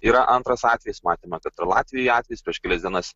yra antras atvejis matėme kad ir latvijoj atvejis prieš kelias dienas